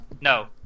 No